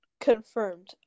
Confirmed